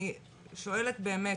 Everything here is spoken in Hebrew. אני שואלת באמת.